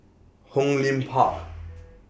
Hong Lim Park